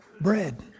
bread